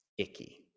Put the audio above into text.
icky